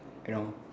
you know